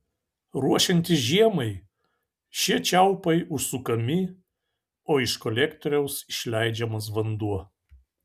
ruošiantis žiemai šie čiaupai užsukami o iš kolektoriaus išleidžiamas vanduo